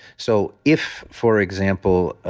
so if for example,